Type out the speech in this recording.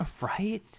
Right